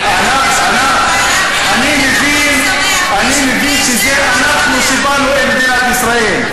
אני מבין שזה אנחנו שבאנו אל מדינת ישראל,